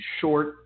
short